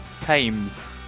times